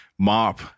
Mop